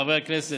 לחברי הכנסת,